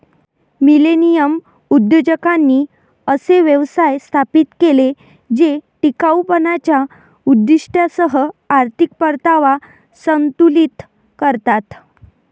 millennial उद्योजकांनी असे व्यवसाय स्थापित केले जे टिकाऊपणाच्या उद्दीष्टांसह आर्थिक परतावा संतुलित करतात